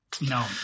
No